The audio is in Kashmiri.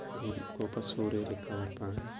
گوٚو گوٚو پَتہٕ سورُے رِکَوَر پانے